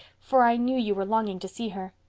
for i knew you were longing to see her.